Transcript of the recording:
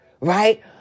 Right